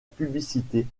publicité